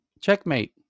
Checkmate